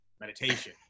meditation